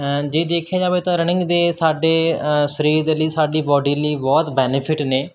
ਜੇ ਦੇਖਿਆ ਜਾਵੇ ਤਾਂ ਰਨਿੰਗ ਦੇ ਸਾਡੇ ਸਰੀਰ ਦੇ ਲਈ ਸਾਡੀ ਬਾਡੀ ਲਈ ਬਹੁਤ ਬੈਨੀਫਿਟ ਨੇ